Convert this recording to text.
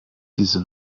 diese